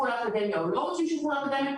לאקדמיה או לא רוצים שילכו לאקדמיה,